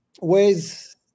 ways